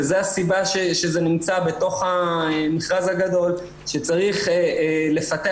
וזו הסיבה שזה מוצא בתוך המכרז הגדול שצריך לפתח